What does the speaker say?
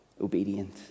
obedient